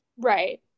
Right